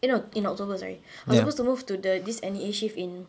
eh no in october sorry I was supposed to move to the this N_E_A shift in